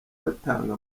batanga